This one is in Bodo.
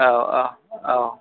औ औ औ